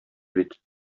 бит